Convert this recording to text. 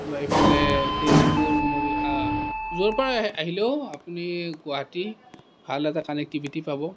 বা এই ফালে তেজপুৰ য'ৰ পৰা আহিলেও আপুনি গুৱাহাটী ভাল এটা কানেক্টিভিটী পাব